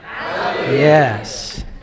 Yes